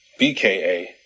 BKA